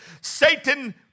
Satan